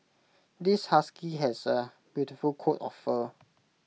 this husky has A beautiful coat of fur